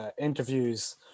interviews